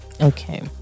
okay